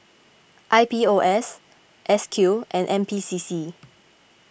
I P O S S Q and N P C C